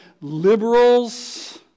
liberals